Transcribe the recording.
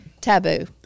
Taboo